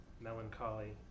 melancholy